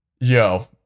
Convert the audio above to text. yo